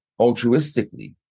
altruistically